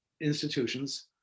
institutions